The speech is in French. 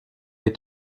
est